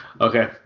Okay